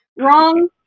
wrong